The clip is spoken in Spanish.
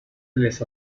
les